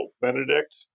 Benedict